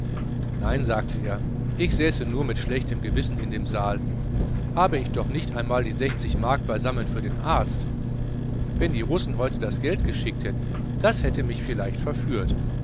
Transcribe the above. nein sagte er ich säße nur mit schlechtem gewissen in dem saal habe ich doch noch nicht einmal die mark beisammen für den arzt wenn die russen heute das geld geschickt hätten das hätte mich vielleicht verführt